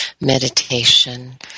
meditation